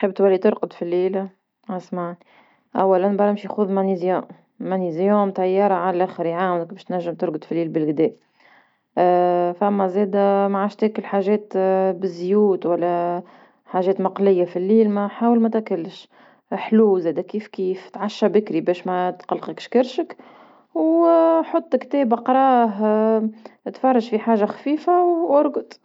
تحب تولي ترقد في ليل؟ أسمعني اولا برا مشي خوذ مغنيزيوم مغنيزيوم طيارة عاللخر يعاونك باش تنجم ترقد فالليل بالقدا، فما زاد معدش تاكل حاجات بالزيوت ولا حاجات مقلية فالليل ما حاول ما تاكلش حلو زادا كيف كيف تعشا بكري باش ما تقلقكش كرشك، وحط كتاب أقرا راه تفرج في حاجة خفيفة وارقد.